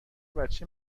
بچه